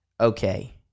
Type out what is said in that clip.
okay